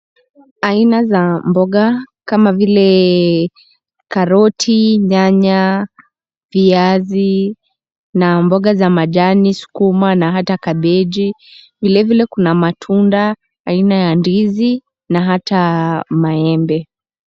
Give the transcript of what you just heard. Aina za mboga kama vile karoti, nyanya, viazi, na mboga za majani, skuma na hata kabechi. Vile vile kuna matunda aina ya ndizi na hata maembe.